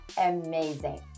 amazing